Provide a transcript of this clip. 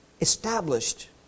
established